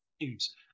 news